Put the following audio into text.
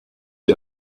wie